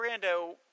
Brando